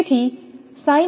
તેથી 0